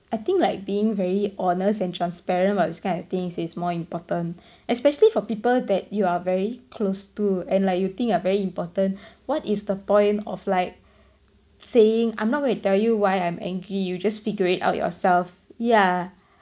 I think like being very honest and transparent about this kind of things is more important especially for people that you are very close to and like you think are very important what is the point of like saying I'm not going to tell you why I'm angry you just figure it out yourself yeah